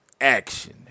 action